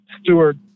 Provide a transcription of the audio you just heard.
steward